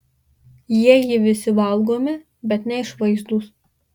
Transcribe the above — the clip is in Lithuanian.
jieji visi valgomi bet neišvaizdūs